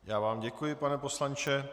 Já vám děkuji, pane poslanče.